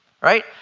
right